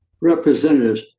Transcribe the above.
representatives